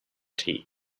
tea